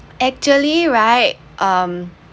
actually right um